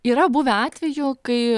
yra buvę atvejų kai